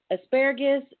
asparagus